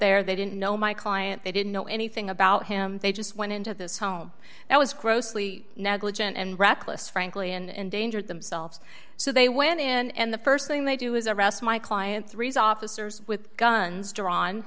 there they didn't know my client they didn't know anything about him they just went into this home that was grossly negligent and reckless frankly and endangered themselves so they went in and the st thing they do is arrest my client three's officers with guns drawn